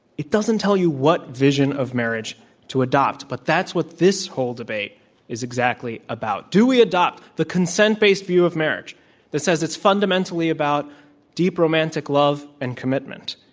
it doesn't tell you what vision of marriage to adopt. but that's what this whole debate is exactly about. do we adopt the consent based view of marriage that says it's fundamentally about deep romantic love and commitment